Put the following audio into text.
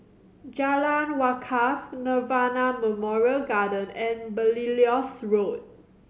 Jalan Wakaff Nirvana Memorial Garden and Belilios Road